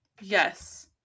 yes